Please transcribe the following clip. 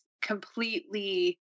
completely